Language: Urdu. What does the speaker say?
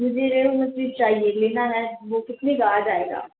مجھے ریہو مچھلی چاہیے لینا ہے وہ کتنے کا آ جایے گا